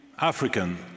African